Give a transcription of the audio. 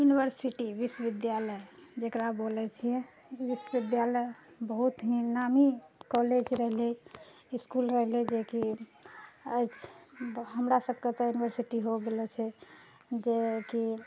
university विश्वविद्यालय जकरा बोलै छिए ओ विश्वविद्यालय बहुत ही नामी कॉलेज रहलै इसकुल रहलै जेकि हमर सबके तऽ यूनिवर्सिटी ओ गेलऽ छै जेकि